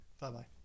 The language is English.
Bye-bye